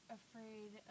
afraid